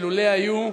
שלולא היו,